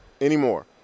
anymore